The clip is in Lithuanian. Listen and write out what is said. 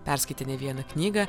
perskaitė ne vieną knygą